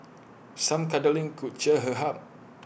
some cuddling could cheer her hap